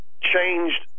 changed